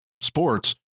Sports